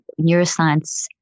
neuroscience